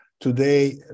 Today